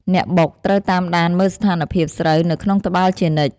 អ្នកបុកត្រូវតាមដានមើលស្ថានភាពស្រូវនៅក្នុងត្បាល់ជានិច្ច។